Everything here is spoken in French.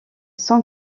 son